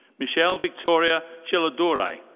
michelle victoria chelladurai.